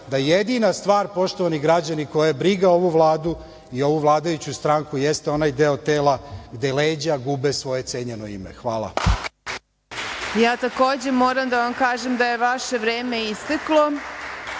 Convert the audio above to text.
da jedina stvar, poštovani građani, koja je briga ovu Vladu i ovu vladajuću stranku jeste ovaj deo tela gde leđa gube svoje cenjeno ime. Hvala. **Marina Raguš** I ja, takođe, moram da vam kažem da je vaše vreme isteklo. Gospodin